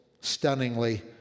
stunningly